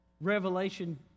Revelation